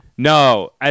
No